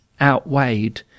outweighed